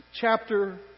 chapter